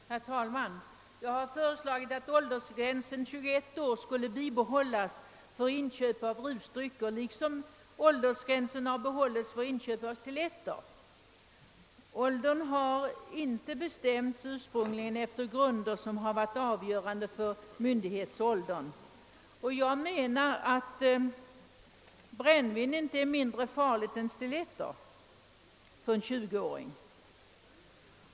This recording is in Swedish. Herr talman! Jag har föreslagit att åldersgränsen 21 år för inköp av rusdrycker skulle bibehållas liksom förutsätts bli fallet med åldersgränsen för inköp av stiletter. Den åldersgräns det gäller har ursprungligen inte fastställts på grunder som varit avgörande för myndighetsåldern, och jag menar att brännvinet är mera farligt än stiletter för en 20-åring.